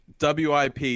WIP